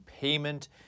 payment